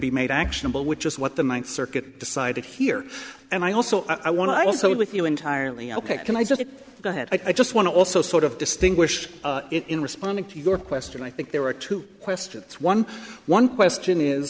be made actionable which is what the ninth circuit decided here and i also i want to also with you entirely ok can i just go ahead i just want to also sort of distinguish it in responding to your question i think there are two questions one one question is